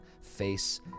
face